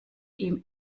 ihm